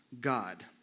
God